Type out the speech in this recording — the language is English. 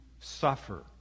suffer